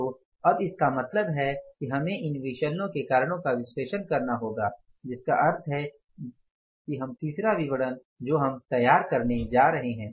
तो अब इसका मतलब है कि हमें इन विचलनो के कारणों का विश्लेषण करना होगा जिसका अर्थ है तीसरा विवरण जो हम तैयार करने जा रहे है